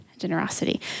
generosity